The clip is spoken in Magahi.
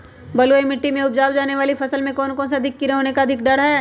बलुई मिट्टी में उपजाय जाने वाली फसल में कौन कौन से कीड़े होने के अधिक डर हैं?